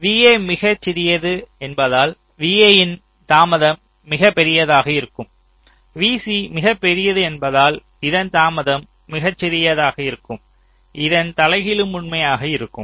vA மிகச்சிறியது என்பதால் vA இன் தாமதம் மிகப்பெரியதாக இருக்கும் vC மிகப்பெரியது என்பதால் இதன் தாமதம் மிகச்சிறியதாக இருக்கும் இதன் தலைகீழும் உண்மையாக இருக்கும்